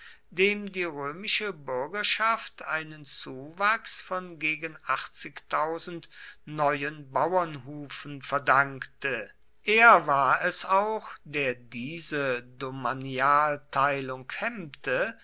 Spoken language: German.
dem die römische bürgerschaft einen zuwachs von gegen neuen bauernhufen verdankte er war es auch der diese domanialteilung hemmte